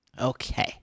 Okay